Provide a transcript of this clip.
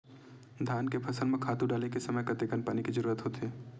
धान के फसल म खातु डाले के समय कतेकन पानी के जरूरत होथे?